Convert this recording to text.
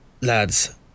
Lads